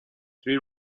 three